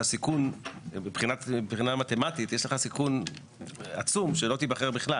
מבחינה מתמטית יש סיכון עצום שלא תיבחר בכלל.